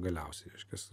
galiausiai reiškias